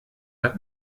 der